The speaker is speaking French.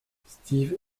steve